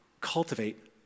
cultivate